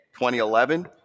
2011